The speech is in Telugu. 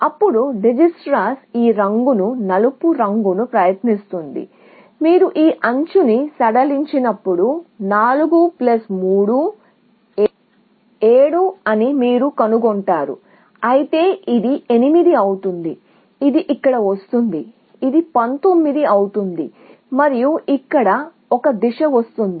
అప్పుడు డిజికిస్ట్రా ఈ రంగును నలుపు రంగును గా మార్చెందుకు ప్రయత్నిస్తుంది మీరు ఈ ఎడ్జ్ ని సడలించినప్పుడు 4 3 7 అని మీరు కనుగొంటారు అయితే ఇది 8 అవుతుంది ఇది ఇక్కడ వస్తుంది ఇది 19 అవుతుంది మరియు ఇక్కడ ఒక దిశ వస్తుంది